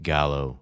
Gallo